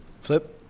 Flip